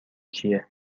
چیه